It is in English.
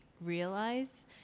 realize